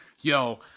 Yo